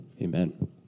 Amen